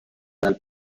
dal